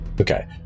Okay